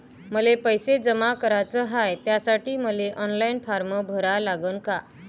मले पैसे जमा कराच हाय, त्यासाठी मले ऑनलाईन फारम भरा लागन का?